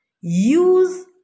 Use